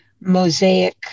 mosaic